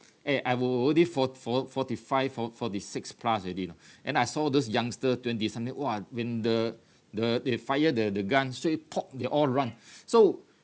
eh I al~ already for~ for~ forty five for~ forty six plus already you know and I saw those youngster twenty something !wah! when the the they fire the the gun straightaway they all run so